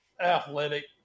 athletic